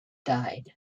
died